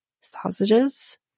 sausages